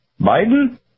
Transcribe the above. Biden